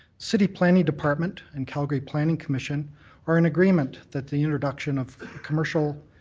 city planning department and calgary planning commission are in agreement that the introduction of commercial